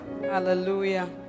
Hallelujah